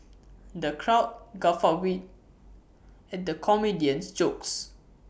the crowd guffawed we at the comedian's jokes